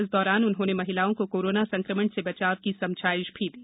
इस दौरान उन्होंने महिलाओं को कोरोना संक्रमण से बचाव की समझाइश भी दी